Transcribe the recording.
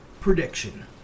prediction